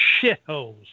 shitholes